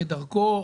כדרכו,